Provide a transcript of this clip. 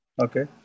Okay